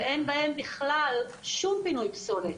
ואין בהם בכלל שום פינוי פסולת?